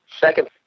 Second